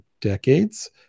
decades